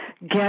get